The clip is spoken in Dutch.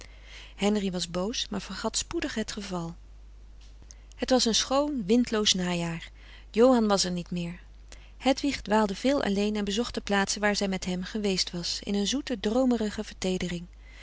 henri was boos maar vergat spoedig het geval het was een schoon windloos najaar johan was er niet meer hedwig dwaalde veel alleen en bezocht de plaatsen waar zij met hem geweest was in een zoete